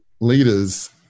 leaders